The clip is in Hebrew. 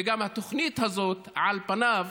וגם התוכנית הזאת, על פניו,